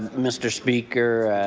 mr. speaker.